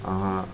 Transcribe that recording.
अहाँ